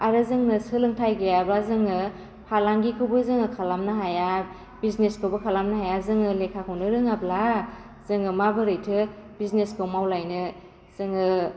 आरो जोंनो सोलोंथाइ गैयाबा जोङो फालांगिखौबो जोङो खालामनो हाया बिजनेसखौबो खालामनो हाया जोङो लेखाखौनो रोङाब्ला जोङो माबोरैथो बिजनेसखौ मावलायनो जोङो